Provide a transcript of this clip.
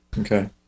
Okay